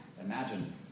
imagine